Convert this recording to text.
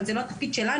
אבל זה לא התפקיד שלנו.